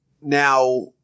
Now